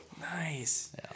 nice